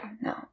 no